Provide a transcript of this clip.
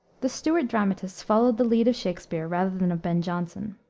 the stuart dramatists followed the lead of shakspere rather than of ben jonson.